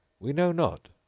we know not!